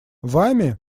вами